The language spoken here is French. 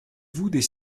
vous